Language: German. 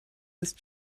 ist